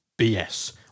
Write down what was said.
bs